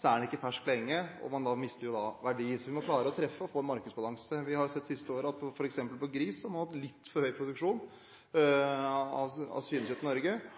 er den ikke fersk lenge, og den mister da verdi. Så vi må klare å treffe og få markedsbalanse. Det siste året har vi sett når det f.eks. gjelder gris, der man har hatt litt for høy produksjon av svinekjøtt i Norge, hvordan det har slått dramatisk ut for økonomien innenfor den delen av